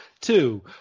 two